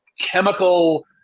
chemical